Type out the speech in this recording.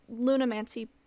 Lunamancy